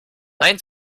nein